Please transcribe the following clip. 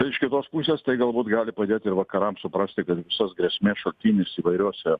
iš kitos pusės tai galbūt gali padėt ir vakarams suprasti kad visos grėsmės šaltinis įvairiose